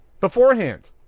beforehand